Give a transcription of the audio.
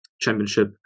championship